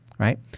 right